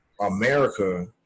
America